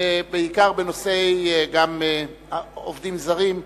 בעיקר בנושא עובדים זרים.